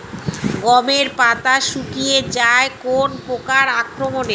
গমের পাতা শুকিয়ে যায় কোন পোকার আক্রমনে?